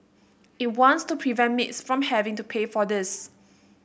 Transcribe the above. it wants to prevent maids from having to pay for this